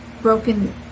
broken